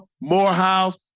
Morehouse